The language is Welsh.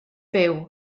byw